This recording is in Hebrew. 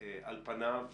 ועל פניו,